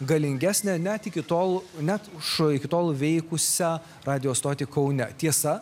galingesnė net iki tol net už iki tol veikusią radijo stotį kaune tiesa